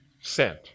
sent